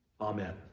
Amen